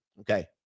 okay